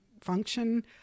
function